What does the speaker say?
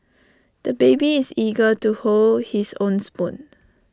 the baby is eager to hold his own spoon